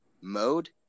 mode